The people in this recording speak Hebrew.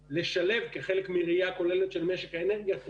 כחלק מראייה כוללת של משק האנרגיה אנחנו מציעים